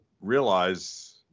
realize